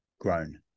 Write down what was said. grown